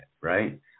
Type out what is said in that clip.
right